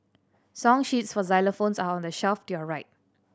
song sheets for xylophones are on the shelf to your right